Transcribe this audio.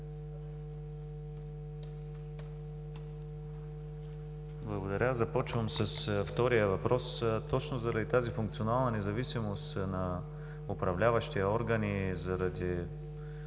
Благодаря. Започвам с втория въпрос. Точно заради тази функционална независимост на управляващия орган и заради